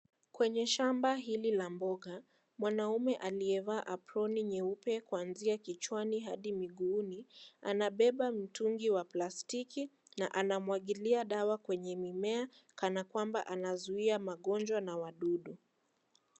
Kwenye shamba hili la mboga, mwanaume aliyevaa aproni nyeupe kuanzia kichwani hadi miguuni, anabeba mtungi wa plastiki na anamwagilia dawa kwenywe mimea, kana kwamba anazuia magonjwa na wadudu.